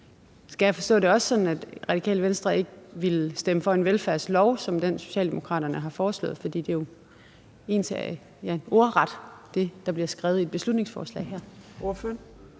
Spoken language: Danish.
Skal jeg også forstå det sådan, at Radikale Venstre ikke ville stemme for en velfærdslov som den, Socialdemokraterne har foreslået? For det er ordret det, der bliver skrevet i beslutningsforslaget her.